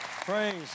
praise